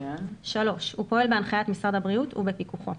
הוא פועל בהנחיית משרד הבריאות ובפיקוחו.